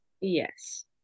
yes